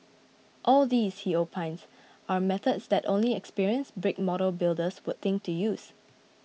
all these he opines are methods that only experienced brick model builders would think to use